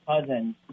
cousin